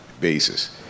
basis